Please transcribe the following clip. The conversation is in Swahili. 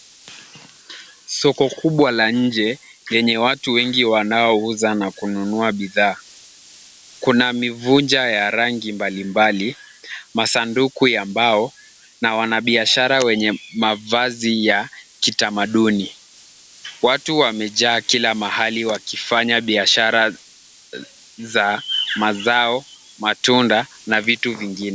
Soko kubwa la nje lenye watu wengi wanaouza na kunua bidhaa. Kuna mivunja ya rangi mbalimbali, masanduku ya mbao, na wanabiashara wenye mavazi ya kitamaduni. Watu wamejaa kila mahali wakifanya biashara za mazao, matunda, na vitu vingine.